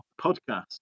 podcast